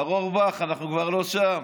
מר אורבך, אנחנו כבר לא שם.